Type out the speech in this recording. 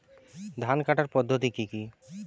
ধান কাটার পদ্ধতি কি কি?